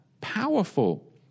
powerful